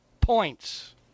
points